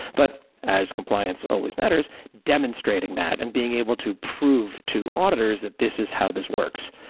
but as compliance always matters, demonstrating that and being able to prove to auditors that this is how this works.